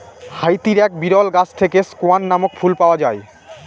হাইতির এক বিরল গাছ থেকে স্কোয়ান নামক ফুল পাওয়া যায়